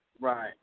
Right